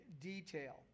detail